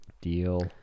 deal